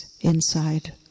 inside